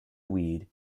weed